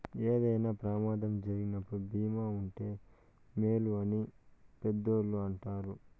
ఏదైనా ప్రమాదం జరిగినప్పుడు భీమా ఉంటే మేలు అని పెద్దోళ్ళు అంటారు